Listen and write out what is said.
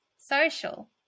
Social